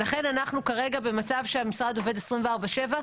ולכן אנחנו כרגע במצב שהמשרד עובד 24/7,